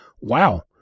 wow